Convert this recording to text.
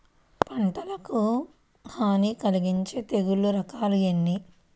పంటకు హాని కలిగించే తెగుళ్ల రకాలు ఎన్ని?